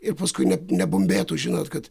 ir paskui ne nebumbėtų žinot kad